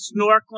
snorkeling